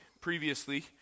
previously